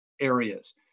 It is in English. areas